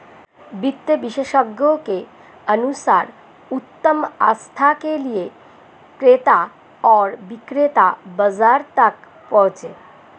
वित्त विशेषज्ञों के अनुसार उत्तम आस्था के लिए क्रेता और विक्रेता बाजार तक पहुंचे